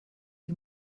die